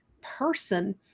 person